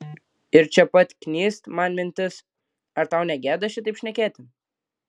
ir čia pat knyst man mintis ar tau negėda šitaip šnekėti